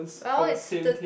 well it's the